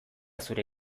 zure